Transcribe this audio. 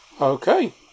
Okay